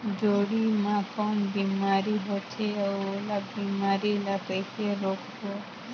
जोणी मा कौन बीमारी होथे अउ ओला बीमारी ला कइसे रोकबो?